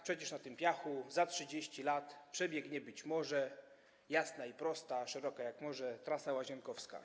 Przecież na tym piachu za 30 lat przebiegnie być może jasna i prosta, szeroka jak morze Trasa Łazienkowska.